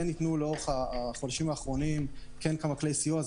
כן ניתנו בחודשים האחרונים כמה כלי סיוע.